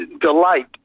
delight